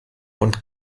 und